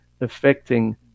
affecting